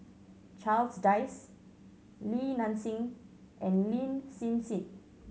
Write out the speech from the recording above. Charles Dyce Li Nanxing and Lin Hsin Hsin